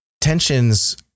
Tensions